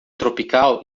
tropical